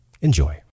Enjoy